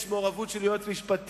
יש מעורבות של יועץ משפטי,